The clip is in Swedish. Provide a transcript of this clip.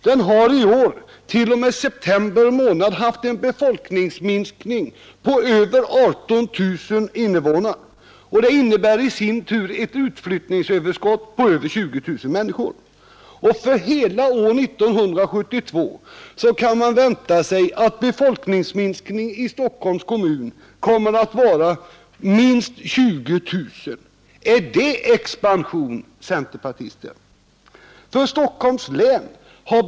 Den har i år t.o.m. september månad haft en befolkningsminskning på över 18 000 invånare. Det innebär ett utflyttningsöverskott på över 20 000 människor. För hela år 1972 kan man vänta sig att befolkningsminskningen i Stockholms kommun kommer att vara minst 20 000. Är det expansion, centerpartister?